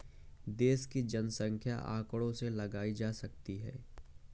देश की जनसंख्या आंकड़ों से लगाई जा सकती है